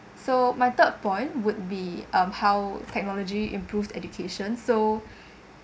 so my third point would be um how technology improved education so